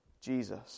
Jesus